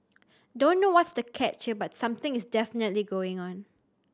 don't know what's the catch here but something is definitely going on